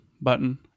button